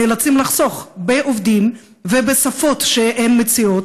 נאלצים לחסוך בעובדים ובשפות שהם מציעים,